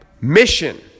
mission